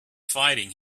fighting